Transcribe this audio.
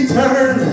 turn